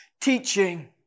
teaching